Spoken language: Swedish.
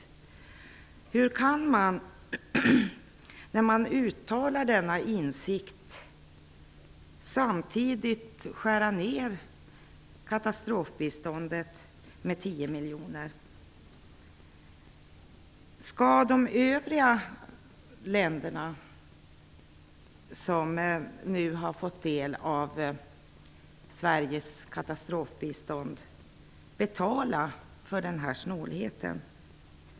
Hur kan man med denna insikt samtidigt skära ned katastrofbiståndet med 10 miljoner kronor? Skall de övriga länderna, som nu har fått del av Sveriges katastrofbistånd, betala för denna snålhet?